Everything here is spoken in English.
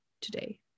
today